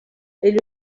est